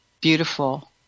beautiful